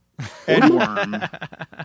Edworm